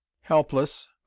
Helpless